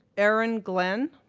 erin glen,